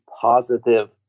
positive